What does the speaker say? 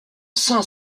saint